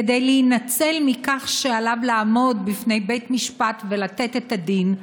כדי להינצל מכך שעליו לעמוד בפני בית משפט ולתת את הדין,